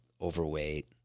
overweight